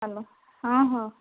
hello ହଁ ହଁ